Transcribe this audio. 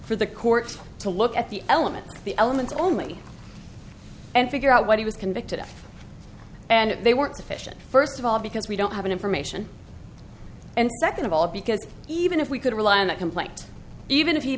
for the court to look at the elements the elements only and figure out what he was convicted of and if they weren't sufficient first of all because we don't have an information and second of all because even if we could rely on that complaint even if he